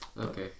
Okay